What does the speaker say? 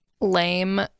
lame